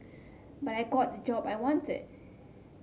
but I got the job I wanted